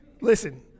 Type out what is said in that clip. listen